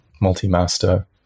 multi-master